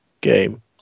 game